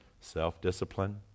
Self-discipline